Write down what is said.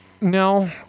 No